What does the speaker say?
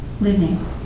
living